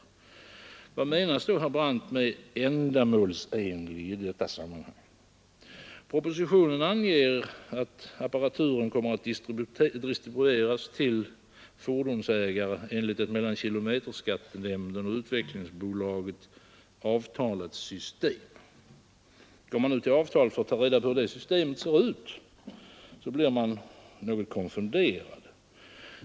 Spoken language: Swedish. Vad menas då, herr Brandt, med ”ändamålsenlig” i detta sammanhang? Propositionen anger att apparaturen kommer att distribueras till fordonsägarna enligt ett mellan kilometerskattenämnden och Utvecklingsbolaget avtalat system. Går man nu till avtalet för att ta reda på hur detta system ser ut, blir man något konfunderad.